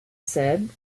said